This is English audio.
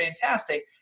fantastic